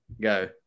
Go